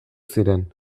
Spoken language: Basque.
ziren